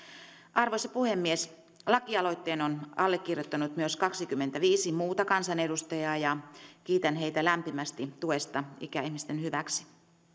arvoisa puhemies lakialoitteen on allekirjoittanut myös kaksikymmentäviisi muuta kansanedustajaa ja kiitän heitä lämpimästi tuesta ikäihmisten hyväksi